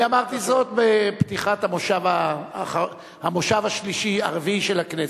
אמרתי זאת בפתיחת המושב הרביעי של הכנסת.